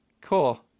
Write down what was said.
cool